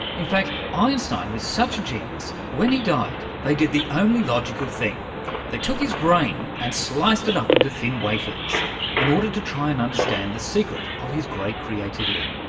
in fact, einstein was such a genius, when he died they did the only logical thing they took his brain and sliced it up into thin wafers in order to try and understand the secret of his great creativity.